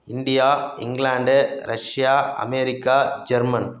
India England Russia America German